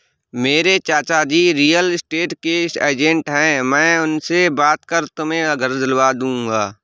मेरे चाचाजी real estate के एजेंट है मैं उनसे बात कर तुम्हें घर दिलवा दूंगा